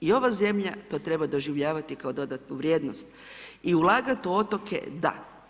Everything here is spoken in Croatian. I ova zemlja to treba doživljavati kao dodatnu vrijednost i ulagat u otoke, da.